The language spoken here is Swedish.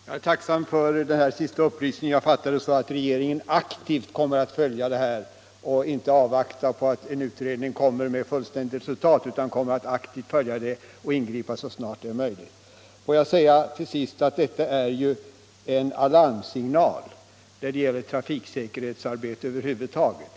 Herr talman! Jag tackar för den här sista upplysningen. Jag fattar det så, att regeringen aktivt kommer att följa frågan och ingripa så snabbt som det är möjligt och inte avvakta att utredningen kommer med ett Får jag till sist säga att detta är en alarmsignal när det gäller trafiksäkerhetsarbete över huvud taget.